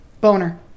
Boner